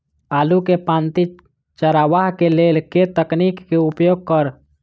आलु केँ पांति चरावह केँ लेल केँ तकनीक केँ उपयोग करऽ?